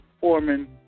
Foreman